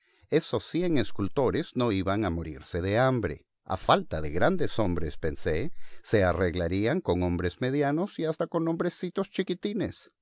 esos cien escultores no iban a morirse de hambre a falta de grandes hombres pensé se arreglarían con hombres medianos y hasta con hombrecitos chiquitines